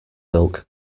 silk